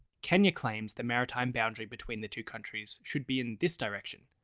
kenya claims the maritime boundary between the two countries should be in this direction,